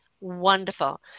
wonderful